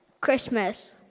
Christmas